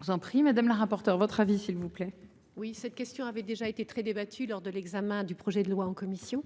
Je vous en prie madame la rapporteure votre avis s'il vous plaît. Oui, cette question avait déjà été très débattu lors de l'examen du projet de loi en commission